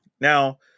Now